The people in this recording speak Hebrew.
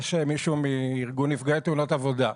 יש מישהו מארגון נפגעי תאונות עבודה.